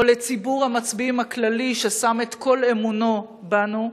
או לציבור המצביעים הכללי ששם את כל אמונו בנו?